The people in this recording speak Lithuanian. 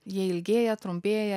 jie ilgėja trumpėja